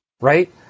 right